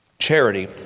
charity